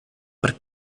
per